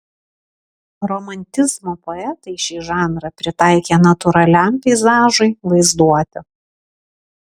romantizmo poetai šį žanrą pritaikė natūraliam peizažui vaizduoti